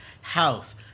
house